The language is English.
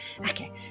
Okay